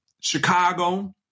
Chicago